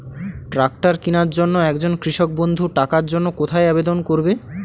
Tractor কিনার জন্য একজন কৃষক বন্ধু টাকার জন্য কোথায় আবেদন করবে?